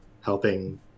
helping